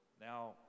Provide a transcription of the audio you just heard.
now